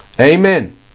Amen